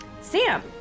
Sam